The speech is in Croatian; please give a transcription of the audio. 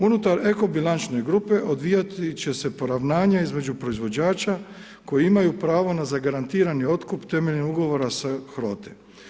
Unutar eko bilančne grupe odvijati će se poravnjanja između proizvođača koji imaju pravo na zagarantirani otkup temeljem ugovora s HROTE.